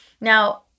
Now